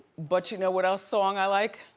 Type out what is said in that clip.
but you know what else song i like?